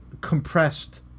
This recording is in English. compressed